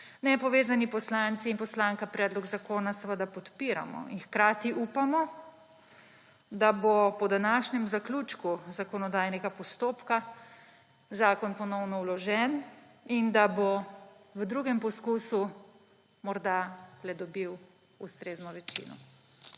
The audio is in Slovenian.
nepovezana poslanca in poslanka predlog zakona podpiramo in hkrati upamo, da bo po današnjem zaključku zakonodajnega postopka zakon ponovno vložen in da bo v drugem poizkusu morda le dobil ustrezno večino.